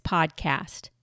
Podcast